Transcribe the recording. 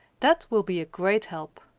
that will be a great help.